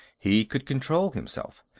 he could control himself.